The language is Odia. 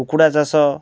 କୁକୁଡ଼ା ଚାଷ